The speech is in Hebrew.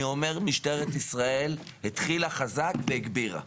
אני אומר שמשטרת ישראל התחילה חזק והגבירה,